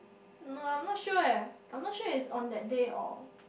no I'm not sure eh I'm not sure is on that day or